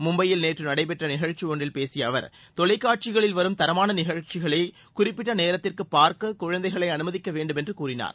மும்பையில் நேற்று நடைபெற்ற நிகழ்ச்சி ஒன்றில் பேசிய அவர் தொலைக்காட்சிகளில் வரும் தரமான நிகழ்ச்சிகளை குறிப்பிட்ட நேரத்திற்கு பார்க்க குழந்தைகளை அனுமதிக்க வேண்டும் என்று கூறினார்